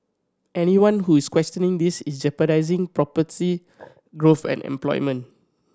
anyone who is questioning this is jeopardising prosperity growth and employment